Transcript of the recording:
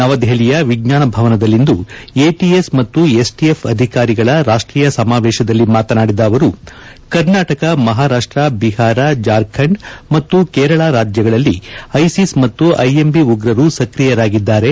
ನವೆದೆಹಲಿಯ ವಿಜ್ಞಾನ ಭವನದಲ್ಲಿಂದು ಎಟಿಎಸ್ ಮತ್ತು ಎಸ್ಟಿಎಫ್ ಅಧಿಕಾರಿಗಳ ರಾಷ್ಟೀಯ ಸಮಾವೇಶದಲ್ಲಿ ಮಾತನಾಡಿದ ಅವರು ಕರ್ನಾಟಕ ಮಹಾರಾಷ್ಟ ಬಿಹಾರ ಜಾರ್ಖಂಡ್ ಮತ್ತು ಕೇರಳ ರಾಜ್ಯಗಳಲ್ಲಿ ಐಸಿಸ್ ಮತ್ತು ಐಎಂಬಿ ಉಗ್ರರು ಸಕ್ರಿಯರಾಗಿದ್ದಾರೆ